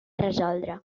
resoldre